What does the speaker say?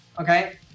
okay